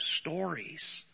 stories